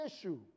issue